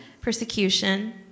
Persecution